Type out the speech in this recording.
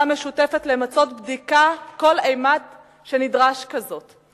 משותפת למצות בדיקה כל אימת שנדרשת כזאת.